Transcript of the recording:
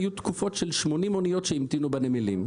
היו תקופות של 80 אניות שהמתינו בנמלים.